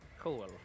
Cool